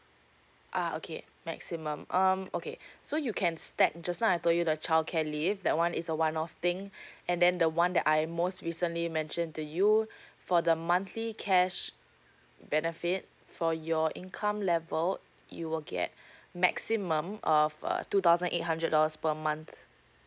uh okay maximum um okay so you can stack just now I've told you the childcare leave that one is a one off thing and then the one that I most recently mentioned to you for the monthly cash benefit for your income level you will get maximum uh of uh two thousand eight hundred dollars per month